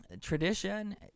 tradition